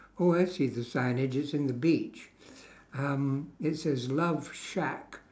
oh I see the sign it's just in the beach um it says love shack